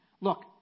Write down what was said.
Look